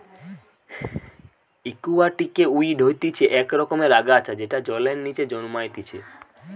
একুয়াটিকে ওয়িড হতিছে ইক রকমের আগাছা যেটা জলের নিচে জন্মাইতিছে